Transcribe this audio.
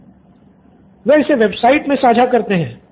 student 6 वे इसे website में साझा करते हैं